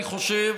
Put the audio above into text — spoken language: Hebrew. לכן, אני חושב